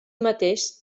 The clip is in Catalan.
mateix